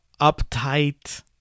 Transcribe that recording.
uptight